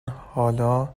حالا